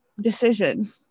decision